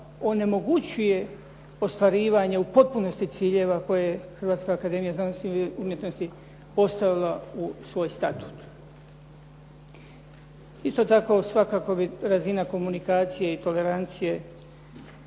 onemogućuje ostvarivanje u potpunosti ciljeva koje Hrvatska akademija znanosti i umjetnosti postavila u svoj Statut. Isto tako svakako bi razina komunikacije i tolerancije